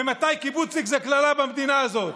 ממתי קיבוצניק זה קללה במדינה הזאת?